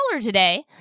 today